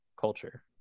culture